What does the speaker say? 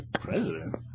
President